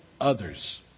others